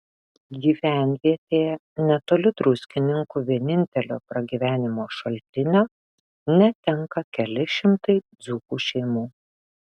gyvenvietėje netoli druskininkų vienintelio pragyvenimo šaltinio netenka keli šimtai dzūkų šeimų